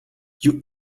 you